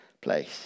place